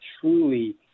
truly